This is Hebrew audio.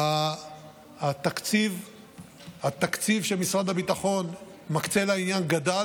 התקציב שמשרד הביטחון מקצה לעניין גדל,